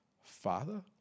Father